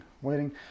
waiting